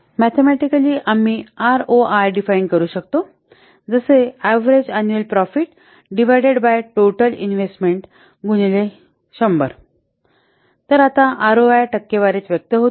mathematically आम्ही ROI define करू शकतो जसे average annual profit divided by total investment गुणिले १०० तर आता आरओआय टक्केवारीत व्यक्त होते